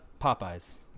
Popeye's